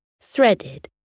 threaded